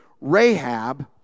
Rahab